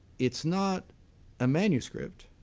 it's not a manuscript,